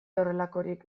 horrelakorik